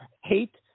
hate